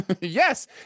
Yes